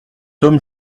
homme